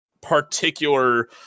particular